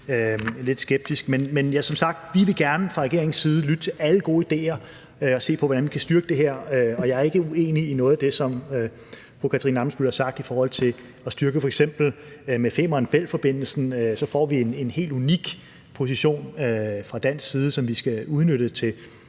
vil vi gerne fra regeringens side lytte til alle gode idéer og se på, hvordan vi kan styrke det her, og jeg er ikke uenig i noget af det, som fru Katarina Ammitzbøll har sagt i forhold til at styrke ting. Vi får f.eks. med Femern Bælt-forbindelsen en helt unik position fra dansk side, som vi skal udnytte,